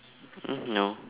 hmm no